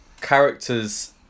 characters